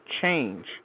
change